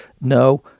no